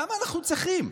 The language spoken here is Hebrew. למה אנחנו צריכים?